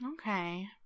okay